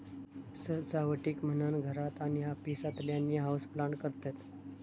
सजावटीक म्हणान घरात आणि ऑफिसातल्यानी हाऊसप्लांट करतत